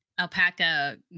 Alpaca